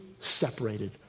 separated